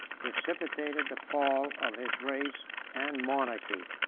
precipitated the fall of his race and monarchy.